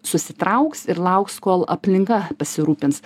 susitrauks ir lauks kol aplinka pasirūpins